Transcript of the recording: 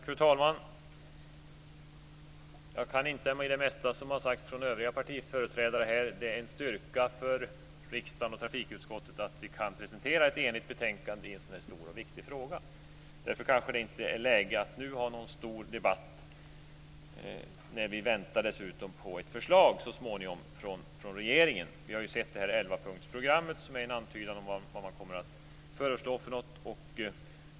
Fru talman! Jag kan instämma i det mesta som har sagts av övriga partiföreträdare. Det är en styrka för riksdagen och trafikutskottet att vi kan presentera ett enigt betänkande i en sådan är stor och viktig fråga. Därför kanske det inte är läge att nu ha någon stor debatt. Vi väntar dessutom på ett förslag från regeringen så småningom. Ni har ju sett det 11 punktsprogram som är en antydan om vad man kommer att föreslå.